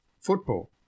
Football